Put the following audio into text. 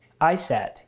ISAT